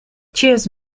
cheers